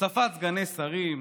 הוספת סגני שרים.